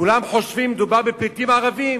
כולם חושבים שמדובר בפליטים ערבים,